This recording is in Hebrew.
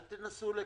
אל תנסו לקצר,